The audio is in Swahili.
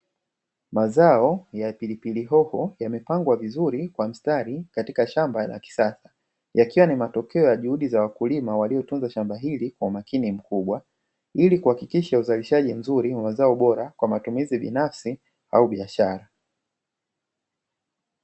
Mazao ya pilipili hoho yamepangwa vizuri kwa mstari katika shamba la kisasa yakiwa ni matokeo ya juhudi za wakulima waliotunza shamba hili kwa umakini mkubwa, ili kuhakikisha uzalishaji mzuri wamazao bora kwa matumizi binafsi au biashara.